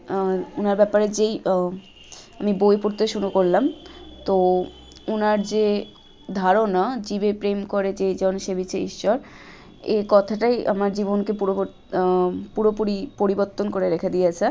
ওঁর ব্যাপারে যেই আমি বই পড়তে শুরু করলাম তো ওঁর যে ধারণা জীবে প্রেম করে যেইজন সেবিছে ঈশ্বর এই কথাটাই আমার জীবনকে পুরবোর্ত পুরোপুরি পরিবর্তন করে রেখে দিয়েছে